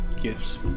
Gifts